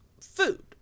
food